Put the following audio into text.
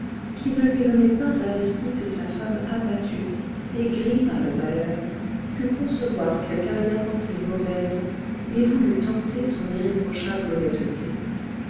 qu'il ne lui venait pas à l'esprit que sa femme abattue aigrie par le malheur pût concevoir quelque arrière-pensée mauvaise et voulût tenter son irréprochable honnêteté